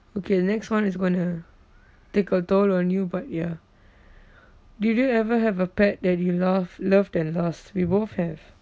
okay the next one is going to take a toll on you but ya did you ever have a pet that you loved loved and lost we both have